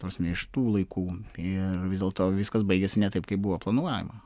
ta prasme iš tų laikų ir vis dėlto viskas baigėsi ne taip kaip buvo planuojama